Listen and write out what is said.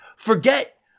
Forget